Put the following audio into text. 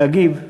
להגיב.